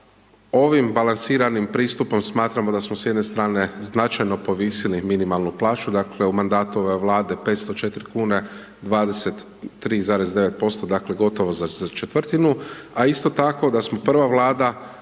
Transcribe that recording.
ovim balansiranim pristupom smatramo da smo s jedne strane značajno povisili minimalnu plaću, dakle u mandatu ove Vlade 504 kune, 23,9%, dakle gotovo za 1/4 a isto tako da smo prva Vlada